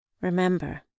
Remember